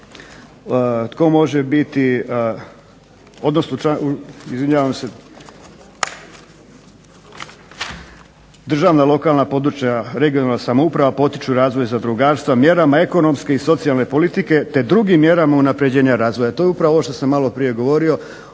tko može biti, odnosno izvinjavam se, državna lokalna, područna (regionalna) samouprava potiču razvoj zadrugarstva mjerama ekonomske i socijalne politike, te drugim mjerama unapređenja razvoja. To je upravo ovo što sam maloprije govorio,